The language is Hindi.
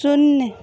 शून्य